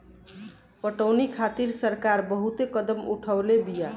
पटौनी खातिर सरकार बहुते कदम उठवले बिया